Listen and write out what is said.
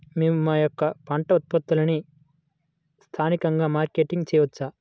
మేము మా యొక్క పంట ఉత్పత్తులని స్థానికంగా మార్కెటింగ్ చేయవచ్చా?